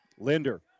Linder